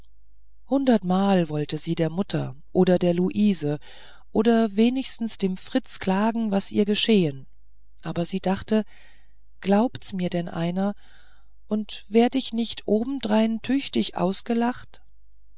hundertmal wollte sie der mutter oder der luise oder wenigstens dem fritz klagen was ihr geschehen aber sie dachte glaubt's mir denn einer und werd ich nicht obendrein tüchtig ausgelacht